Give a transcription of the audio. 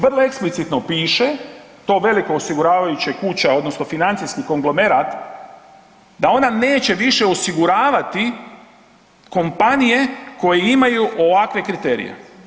Vrlo eksplicitno piše, to velike osiguravajuće kuća odnosno financijskih konglomerat, da ona neće više osiguravati kompanije koje imaju ovakve kriterije.